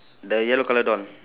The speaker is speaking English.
the yellow colour doll